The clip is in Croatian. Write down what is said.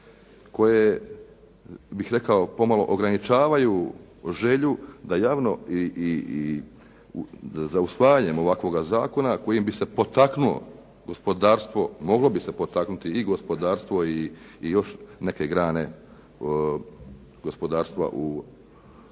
koje bih rekao pomalo ograničavaju želju da javno i za usvajanjem ovakvoga zakona kojim bi se potaknulo gospodarstvo, moglo bi se potaknuti i gospodarstvo i još neke grane gospodarstva u